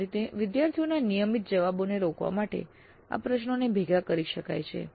આ રીતે વિદ્યાર્થીઓના નિયમિત જવાબોને રોકવા માટે આ પ્રશ્નોને ભેગા કરી શકાય છે